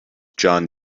jon